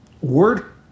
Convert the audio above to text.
word